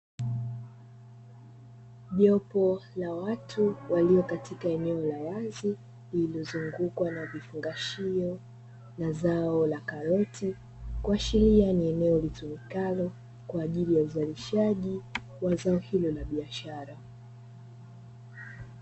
Jopo la watu walio katika eneo la wazi, lililozungukwa na vifungashio na zao la karoti kuashiria ni eneo litumikalo kwa ajili ya uzalishaji wa zao hilo la biashara.